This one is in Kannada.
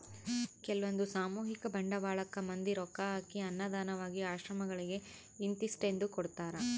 ಕೆಲ್ವಂದು ಸಾಮೂಹಿಕ ಬಂಡವಾಳಕ್ಕ ಮಂದಿ ರೊಕ್ಕ ಹಾಕಿ ಅದ್ನ ದಾನವಾಗಿ ಆಶ್ರಮಗಳಿಗೆ ಇಂತಿಸ್ಟೆಂದು ಕೊಡ್ತರಾ